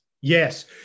Yes